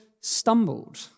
stumbled